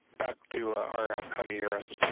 back to r f, how do you hear and